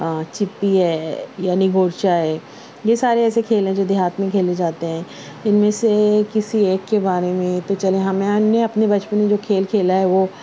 چپی ہے یا یعنی بورچا ہے یہ سارے ایسے کھیل ہیں جو دیہات میں کھیلے جاتے ہیں ان میں سے کسی ایک کے بارے میں تو چلو ہم نے اپنے بچپن میں جو کھیل کھیلا ہے وہ